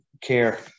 care